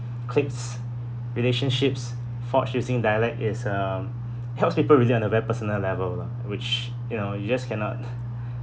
cliques relationships forged using dialect is uh helps people really on a very personal level lah which you know you just cannot